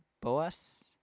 Boas